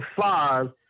five